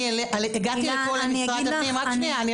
אני הגעתי לפה למשרד --- שנייה,